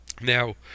Now